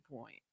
point